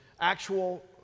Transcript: Actual